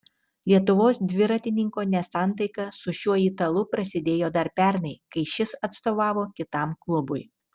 lietuvos dviratininko nesantaika su šiuo italu pasidėjo dar pernai kai šis atstovavo kitam klubui